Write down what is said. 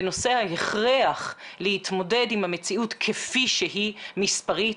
בנושא ההכרח להתמודד עם המציאות כפי שהיא מספרית,